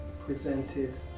presented